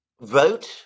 vote